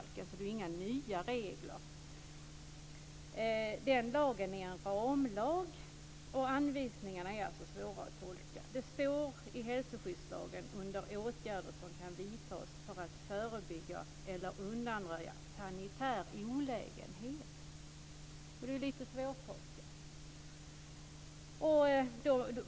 Det är alltså inga nya regler. Lagen är en ramlag, och anvisningarna är svåra att tolka. Det hela står i hälsoskyddslagen under åtgärder som kan vidtas för att förebygga eller undanröja sanitär olägenhet. Det är lite svårtolkat.